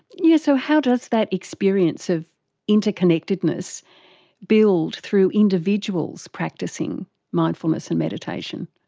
yes, so how does that experience of interconnectedness build through individuals practising mindfulness and meditation?